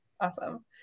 Awesome